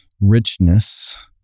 richness